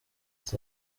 east